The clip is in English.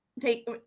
take